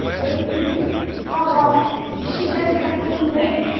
where did you do it? how often? is she better than me in bed?